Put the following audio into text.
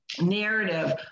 narrative